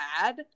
bad